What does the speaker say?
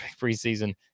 preseason